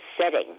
setting